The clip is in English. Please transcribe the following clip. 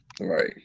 Right